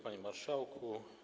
Panie Marszałku!